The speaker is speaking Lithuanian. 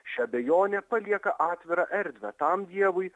ši abejonė palieka atvirą erdvę tam dievui